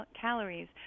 calories